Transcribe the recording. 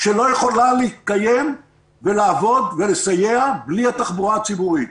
שלא יכולה להתקיים ולעבוד ולסייע בלי התחבורה הציבורית.